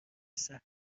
صحنه